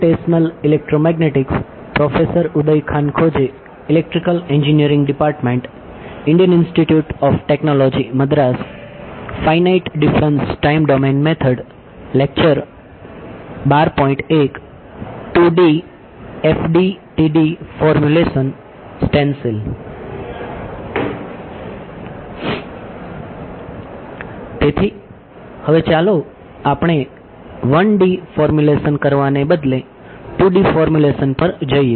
તેથી હવે ચાલો આપણે 1D ફોર્મ્યુલેશન કરવાને બદલે 2D ફોર્મ્યુલેશન પર જઈએ